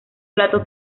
plato